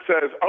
says